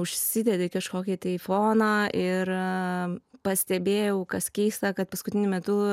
užsidedi kažkokį tai foną ir pastebėjau kas keista kad paskutiniu metu